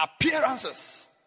Appearances